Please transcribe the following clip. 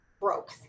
broke